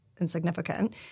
insignificant